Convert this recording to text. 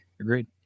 agreed